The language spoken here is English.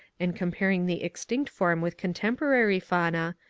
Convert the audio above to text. and comparing the extinct form with contemporary fauna,